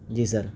جی سر